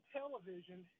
television